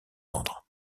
ordres